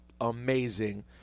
amazing